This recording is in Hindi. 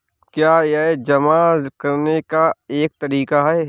क्या यह जमा करने का एक तरीका है?